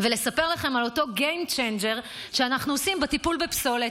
ולספר לכם על אותו game changer שאנחנו עושים בטיפול בפסולת.